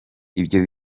ibyo